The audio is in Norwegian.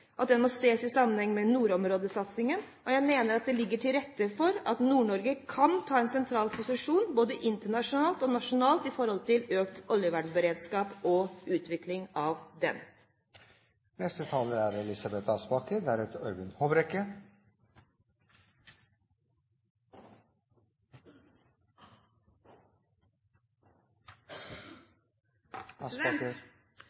og den må ses i sammenheng med nordområdesatsingen. Jeg mener at det ligger til rette for at Nord-Norge kan ta en sentral posisjon både internasjonalt og nasjonalt med tanke på oljevernberedskap og utvikling av den.